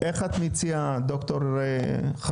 איך את מציעה , ד"ר חנוכה?